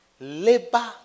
Labor